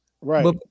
right